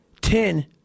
Ten